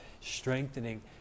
strengthening